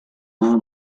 man